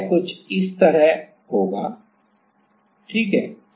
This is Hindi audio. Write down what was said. तो यह कुछ इस तरह होगा ठीक है